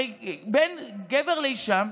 הרי בין גבר לאישה,